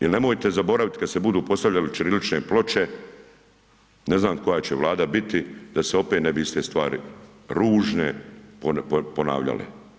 Jer, nemojte zaboraviti kad se budu postavljale ćirilične ploče, ne znam koja će Vlada biti, da se opet ne bi iste stvari, ružne ponavljale.